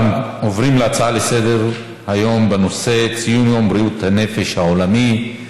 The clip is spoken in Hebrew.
אנחנו עוברים להצעה לסדר-היום בנושא: ציון יום בריאות הנפש העולמי,